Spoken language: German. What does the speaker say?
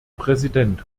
präsident